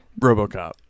RoboCop